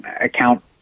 account